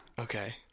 Okay